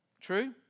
True